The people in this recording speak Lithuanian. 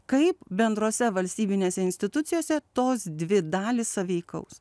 kaip bendrose valstybinėse institucijose tos dvi dalys sąveikaus